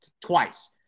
twice